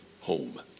home